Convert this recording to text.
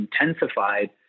intensified